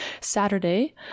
Saturday